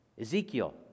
Ezekiel